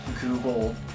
Google